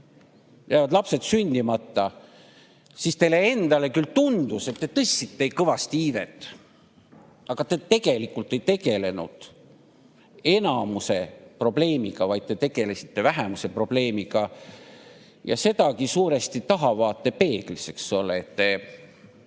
lapsed sündimata, siis teile endale küll tundus, et te tõstsite kõvasti iivet, aga te tegelikult ei tegelenud enamuse probleemiga, vaid tegelesite vähemuse probleemiga, ja sedagi suuresti tahavaatepeeglis, eks ole. Te